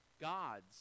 God's